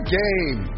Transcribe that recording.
game